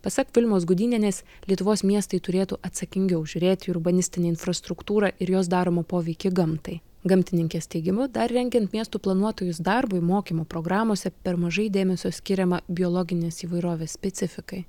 pasak vilmos gudynienės lietuvos miestai turėtų atsakingiau žiūrėti į urbanistinę infrastruktūrą ir jos daromą poveikį gamtai gamtininkės teigimu dar rengiant miestų planuotojus darbui mokymo programose per mažai dėmesio skiriama biologinės įvairovės specifikai